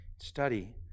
Study